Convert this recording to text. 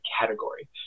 category